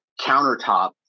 countertop